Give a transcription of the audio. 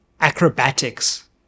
acrobatics